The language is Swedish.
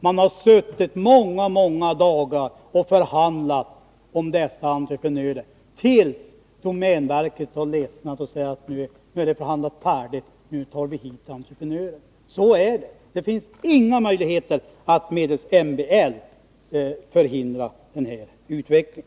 Man har suttit många dagar och förhandlat om dessa entreprenörer, tills domänverket har ledsnat och sagt att det nu är färdigförhandlat och att man skall ta dit entreprenörer. Så är det. Det finns inga möjligheter att medelst MBL förhindra denna utveckling.